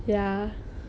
ya